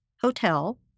Hotel